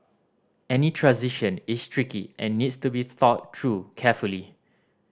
any transition is tricky and needs to be thought through carefully